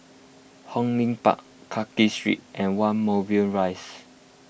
Hong Lim Park Clarke Street and one Moulmein Rise